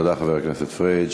תודה, חבר הכנסת פריג'.